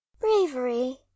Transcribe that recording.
bravery